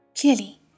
Clearly